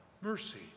mercy